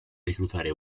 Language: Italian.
reclutare